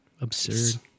Absurd